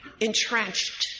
entrenched